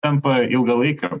tampa ilgalaikiu